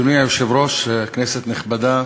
אדוני היושב-ראש, כנסת נכבדה,